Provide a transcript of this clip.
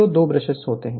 तो 2 ब्रश होंगे